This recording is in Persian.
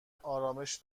آرامش